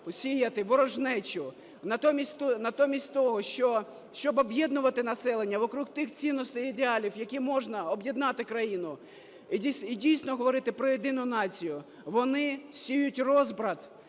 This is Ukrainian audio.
сіяти ворожнечу. Натомість того, щоб об'єднувати населення навкруг тих цінностей і ідеалів, якими можна об'єднати країну, і дійсно говорити про єдину націю, вони сіють розбрат,